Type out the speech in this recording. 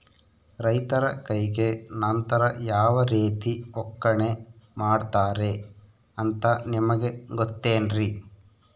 ರೈತರ ಕೈಗೆ ನಂತರ ಯಾವ ರೇತಿ ಒಕ್ಕಣೆ ಮಾಡ್ತಾರೆ ಅಂತ ನಿಮಗೆ ಗೊತ್ತೇನ್ರಿ?